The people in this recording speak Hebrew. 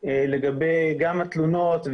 גם לגבי תלונות,